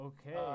Okay